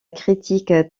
critique